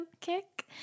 kick